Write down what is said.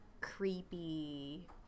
creepy